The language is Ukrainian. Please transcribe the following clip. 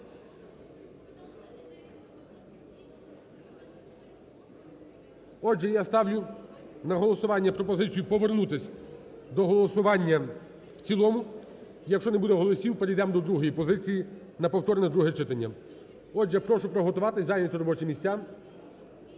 Отже, я ставлю на голосування пропозицію повернутись до голосування в цілому, якщо не буде голосів перейдемо до другої позиції на повторне друге читання. Отже, прошу приготуватись, зайняти робочі місця.